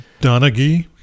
Donaghy